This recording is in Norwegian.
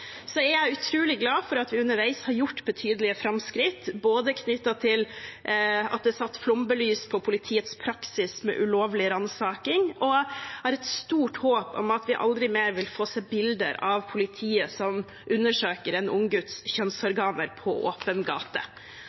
er utrolig glad for at vi underveis har gjort betydelige framskritt, knyttet til at det er satt flomlys på politiets praksis med ulovlig ransaking, og jeg har et stort håp om at vi aldri mer vil få se bilder av politiet som undersøker en ung gutts kjønnsorganer på åpen gate.